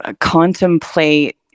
contemplate